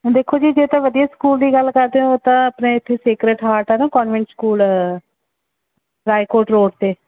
ਦੇਖੋ ਜੀ ਜੇ ਤਾਂ ਵਧੀਆ ਸਕੂਲ ਦੀ ਗੱਲ ਕਰਦੇ ਹੋ ਤਾਂ ਆਪਣੇ ਇੱਥੇ ਸੀਕ੍ਰੇਟ ਹਾਰਟ ਹੈ ਨਾ ਕੌਨਵੈਂਟ ਸਕੂਲ ਰਾਏਕੋਟ ਰੋਡ 'ਤੇ